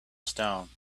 stone